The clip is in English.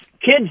kids